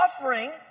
offering